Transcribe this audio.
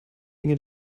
inge